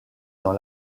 dans